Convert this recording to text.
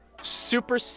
super